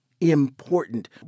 important